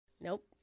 Nope